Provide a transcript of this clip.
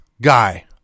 guy